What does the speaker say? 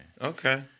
Okay